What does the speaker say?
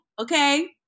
okay